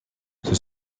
ceux